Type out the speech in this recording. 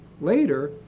later